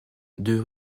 deux